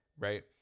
Right